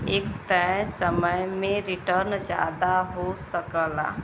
एक तय समय में रीटर्न जादा हो सकला